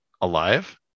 alive